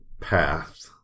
path